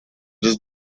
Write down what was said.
this